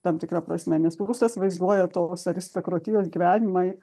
tam tikra prasme nes prustas vaizduoja tos aristokratijos gyvenimą